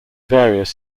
various